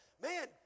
man